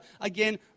again